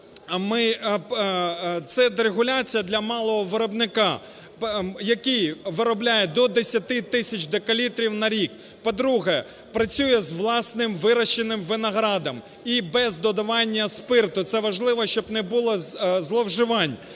Це дерегуляція для малого виробника, який виробляє до 10 тисяч декалітрів на рік. По-друге, працює з власним вирощеним виноградом. І без додавання спирту, це важливо, щоб не було зловживань.